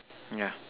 yeah